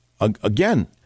Again